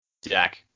Jack